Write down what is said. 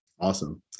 Awesome